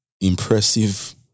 impressive